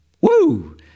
Woo